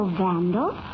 vandal